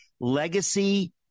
Legacy